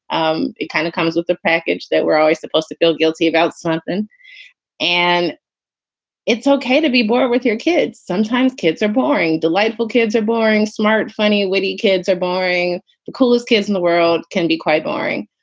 um it kind of comes with the package that we're always supposed to feel guilty about something and it's ok to be bored with your kids. sometimes kids are boring, delightful, kids are boring, smart, funny, witty kids are boring the coolest kids in the world can be quite boring.